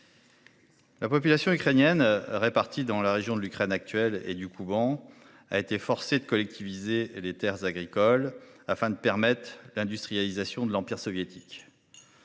La population ukrainienne répartis dans la région de l'Ukraine actuelle et du coup bon a été forcé de collectivisé les Terres agricoles afin de permettre l'industrialisation de l'empire soviétique.